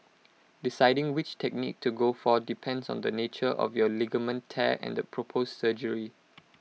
deciding which technique to go for depends on the nature of your ligament tear and the proposed surgery